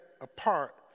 apart